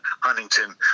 Huntington